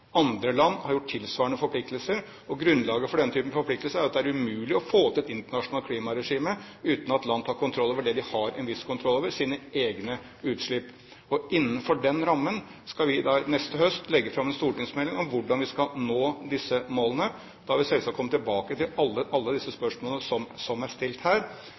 Andre land har tilsvarende forpliktelser. Grunnlaget for denne typen forpliktelser er at det er umulig å få til et internasjonalt klimaregime uten at land tar kontroll over det de har en viss kontroll over: sine egne utslipp. Og innenfor den rammen skal vi da neste høst legge fram en stortingsmelding om hvordan vi skal nå disse målene. Da vil vi selvsagt komme tilbake til alle disse spørsmålene som er stilt her,